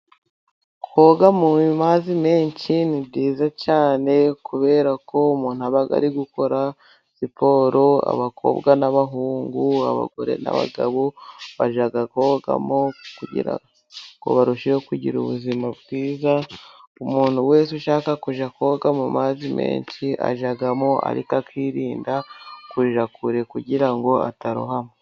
Koga mu mazi menshi ni byiza cyane kubera ko umuntu aba ari gukora siporo, abakobwa n'abahungu, abagore n'abagabo bajya kogamo kugirango barusheho kugira ubuzima bwiza, umuntu wese ushaka kujya koga mu mazi menshi ajyamo ariko akirinda kujya kure kugira ngo atarohama.